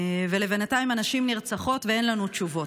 ובינתיים הנשים נרצחות ואין לנו תשובות.